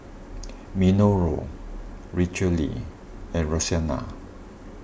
Minoru Richelle and Roxana